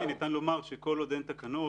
מהצד השני ניתן לומר שכל עוד אין תקנות,